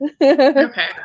Okay